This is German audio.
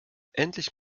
endlich